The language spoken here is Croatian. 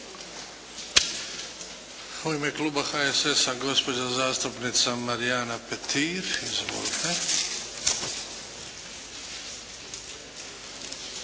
U ime Kluba HSS-a gospođa zastupnica Marijana Petir. Izvolite.